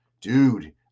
Dude